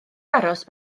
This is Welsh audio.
aros